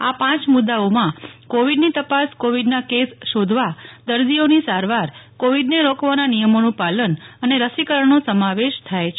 આ પાંચ મુદ્દાઓમાં કોવિડની તપાસ કોવિડના કેસ શોધવા દર્દીઓની સારવાર કોવિડને રોકવાના નિયમોનું પાલન અને રસીકરણનો સમાવેશ થાય છે